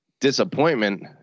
disappointment